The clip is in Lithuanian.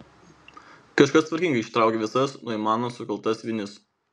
kažkas tvarkingai ištraukė visas noimano sukaltas vinis